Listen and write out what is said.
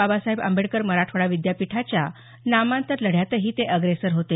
बाबासाहेब आंबेडकर मराठवाडा विद्यापीठाच्या नामांतर लढ्यातही ते अग्रेसर होते